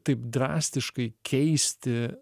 taip drastiškai keisti